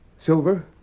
Silver